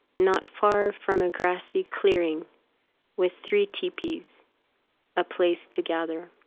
not far from a grassy clearing with three tipis, a place to gather,